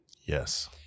Yes